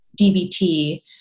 DBT